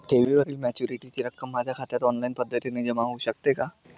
ठेवीवरील मॅच्युरिटीची रक्कम माझ्या खात्यात ऑनलाईन पद्धतीने जमा होऊ शकते का?